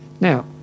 Now